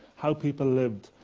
how people lived,